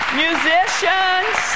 musicians